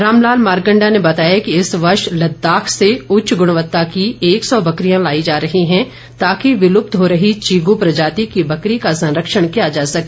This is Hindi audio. रामलाल मारकंडा ने बताया कि इस वर्ष लद्दाख से उच्च गुणवत्ता की एक सौ बकरियां लाई जा रही है ताकि विलुप्त हो रही चीगु प्रजाति की बकरी का संरक्षण किया जा सके